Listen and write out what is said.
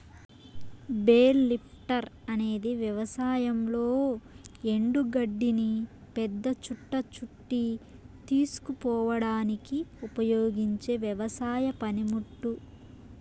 bale lifter అనేది వ్యవసాయంలో ఎండు గడ్డిని పెద్ద చుట్ట చుట్టి తీసుకుపోవడానికి ఉపయోగించే వ్యవసాయ పనిముట్టు